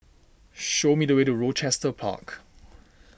show me the way to Rochester Park